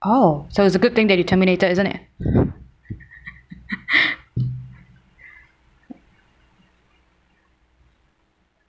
oh so it's a good thing that you terminated isn't it ah